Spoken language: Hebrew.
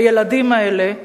הילדים האלה,